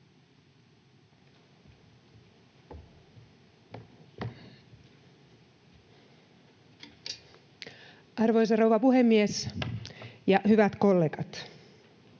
Arvoisa rouva puhemies ja hyvät kollegat!